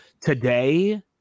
today